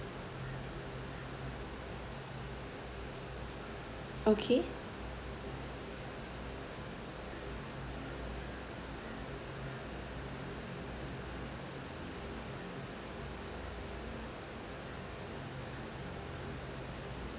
okay